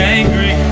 angry